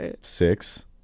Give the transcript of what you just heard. six